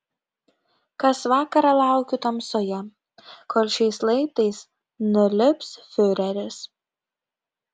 kas vakarą laukiu tamsoje kol šiais laiptais nulips fiureris